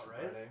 right